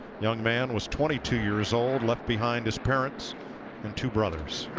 young man was twenty two years old. left behind his parents and two brothers.